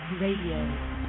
Radio